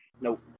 Nope